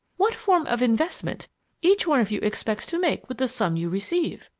what form of investment each one of you expects to make with the sum you receive?